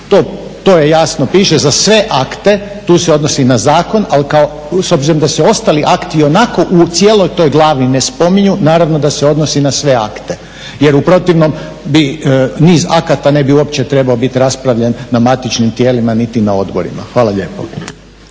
To je jasno, piše za sve akte, tu se odnosi i na zakon, s obzirom da se ostali akti ionako u cijeloj toj glavi ne spominju, naravno da se odnosi na sve akte jer u protivnom bi niz akata ne bi uopće trebao biti raspravljen na matičnim tijelima niti na odborima. Hvala lijepo.